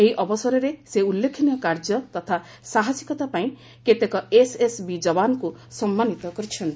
ଏହି ଅବସରରେ ସେ ଉଲ୍ଲେଖନୀୟ କାର୍ଯ୍ୟ ତଥା ସାହସିକତା ପାଇଁ କେତେକ ଏସ୍ଏସ୍ବି ଯବାନଙ୍କୁ ସମ୍ମାନୀତ କରିଛନ୍ତି